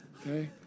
Okay